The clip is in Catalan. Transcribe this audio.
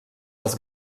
els